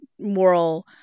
moral